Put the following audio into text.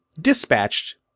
dispatched